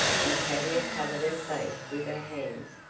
and tavia covered her face with her hands.